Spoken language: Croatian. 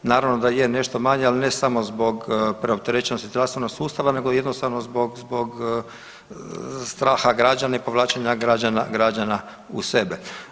Naravno da je nešto manji, ali ne samo zbog preopterećenosti zdravstvenog sustava, nego jednostavno zbog straha građana i povlačenja građana u sebe.